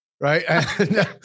right